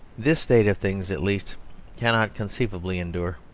this state of things at least cannot conceivably endure.